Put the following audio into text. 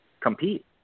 compete